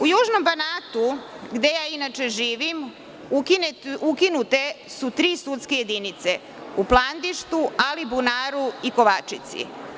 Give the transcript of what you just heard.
U južnom Banatu, gde ja inače živim, ukinute su tri sudske jedinice – u Plandištu, Alibunaru i Kovačici.